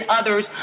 others